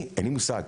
אין לי מושג,